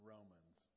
Romans